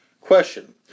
Question